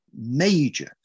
major